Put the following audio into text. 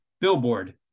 Billboard